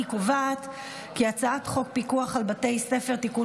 אני קובעת כי הצעת חוק פיקוח על בתי ספר (תיקון